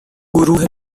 گروه